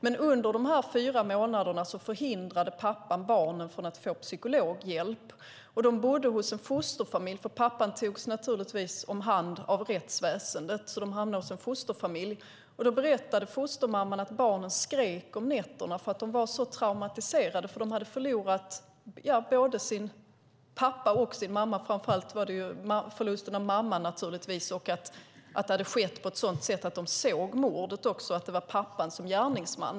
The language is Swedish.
Men under fyra månader förhindrade pappan barnen att få psykologhjälp. Barnen bodde hos en fosterfamilj, eftersom pappan naturligtvis togs om hand av rättsväsendet. Fostermamman berättade att barnen skrek om nätterna. De var traumatiserade eftersom de hade förlorat både sin pappa och sin mamma. Framför allt gällde det naturligtvis förlusten av mamman, att det hela hade skett på ett sådant sätt att de såg mordet och att det var pappan som var gärningsman.